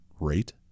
rate